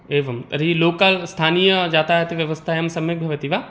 एवं तर्हि लोकल् स्थानीययातायातव्यवस्थायां सम्यक् भवति वा